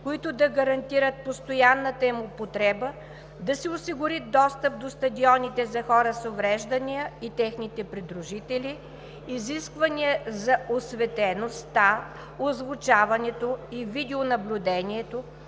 които да гарантират постоянната им употреба, да се осигури достъп до стадионите за хора с увреждания и техните придружители, изисквания за осветеността, озвучаването и видеонаблюдението,